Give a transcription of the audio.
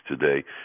today